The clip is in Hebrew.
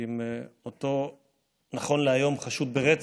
עם מי שנכון להיום חשוד ברצח,